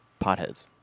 potheads